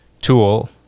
tool